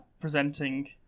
presenting